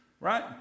right